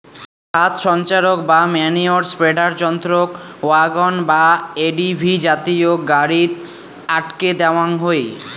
খাদ সঞ্চারক বা ম্যনিওর স্প্রেডার যন্ত্রক ওয়াগন বা এ.টি.ভি জাতীয় গাড়িত আটকে দ্যাওয়াং হই